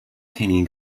kenny